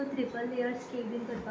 तूं triple layer cakes बी करपाक जाणां